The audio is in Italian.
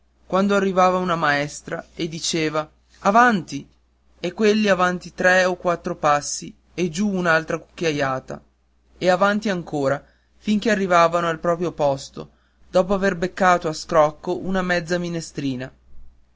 quando arrivava una maestra e diceva avanti e quelli avanti tre o quattro passi e giù un'altra cucchiaiata e avanti ancora fin che arrivavano al proprio posto dopo aver beccato a scrocco una mezza minestrina